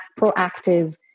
proactive